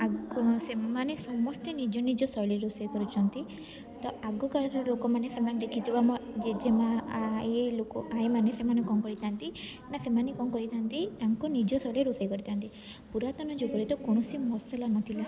ଆଗ ସେମାନେ ସମସ୍ତେ ନିଜ ନିଜ ଶୈଳୀରେ ରୋଷେଇ କରୁଛନ୍ତି ଆଗକାଳରେ ଲୋକମାନେ ସେମାନେ ଦେଖିଥିବେ ଆମ ଜେଜେମା ଆଈ ଲୋକ ଆଈମାନେ ସେମାନେ କଣ କରିଥାନ୍ତି ନା ସେମାନେ କଣ କରିଥାନ୍ତି ତାଙ୍କ ନିଜ ଶୈଳୀରେ ରୋଷେଇ କରିଥାନ୍ତି ପୁରାତନ ଯୁଗରେ ତ କୌଣସି ମସଲା ନଥିଲା